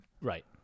Right